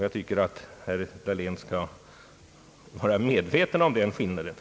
Jag tycker att herr Dahlén skall vara medveten om den skillnaden.